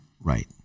Right